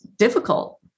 Difficult